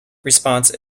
response